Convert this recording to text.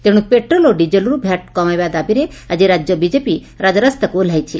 ତେଶୁ ପେଟ୍ରୋଲ ଓ ଡିଜେଲରୁ ଭ୍ୟାଟ୍ କମାଇବା ଦାବିରେ ଆଜି ରାଜ୍ୟ ବିଜେପି ରାଜରାସ୍ତାକୁ ଓହ୍ଲାଇଛି